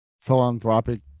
philanthropic